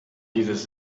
dieses